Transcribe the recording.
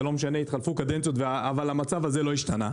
לא משנה התחלפו קדנציות אבל המצב הזה לא השתנה,